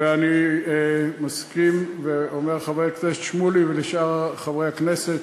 ואני מסכים ואומר לחבר הכנסת שמולי ולשאר חברי הכנסת: